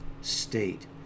state